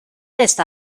esta